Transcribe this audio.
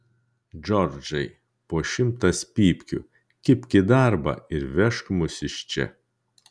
džordžai po šimtas pypkių kibk į darbą ir vežk mus iš čia